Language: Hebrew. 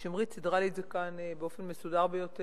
שמרית סדרה לי את זה כאן באופן מסודר ביותר.